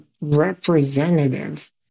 representative